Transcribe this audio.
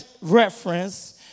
reference